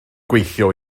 gweithio